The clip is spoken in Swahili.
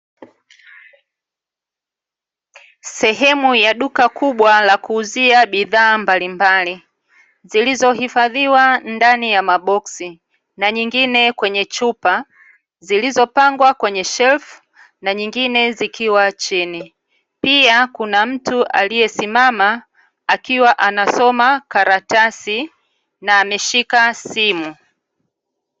Sehemu ya duka kubwa la kuuzia bidhaa mbalimbali zilizohifadhiwa ndani ya maboksi na nyingine kwenye chupa, zilizopangwa kwenye shelfu na nyingine zikiwa chini, pia kuna na mtu aliyesimama akiwa anasoma karatasi na ameshika simu.